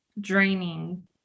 draining